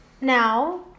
now